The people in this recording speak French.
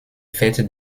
fêtes